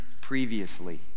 previously